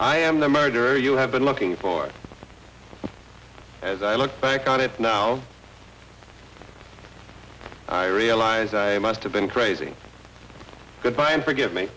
i am the murderer you have been looking for as i look back on it now i realize i must have been crazy good bye and forgive me